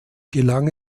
gelang